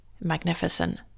magnificent